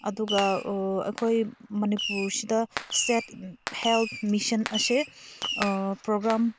ꯑꯗꯨꯒ ꯑꯩꯈꯣꯏ ꯃꯅꯤꯄꯨꯔꯁꯤꯗ ꯏꯁꯇꯦꯠ ꯍꯦꯜꯠ ꯃꯤꯁꯟ ꯑꯁꯦ ꯄ꯭ꯔꯣꯒ꯭ꯔꯥꯝ